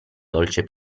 dolce